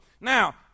Now